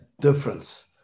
difference